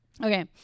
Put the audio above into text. Okay